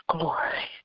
Glory